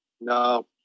No